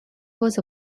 was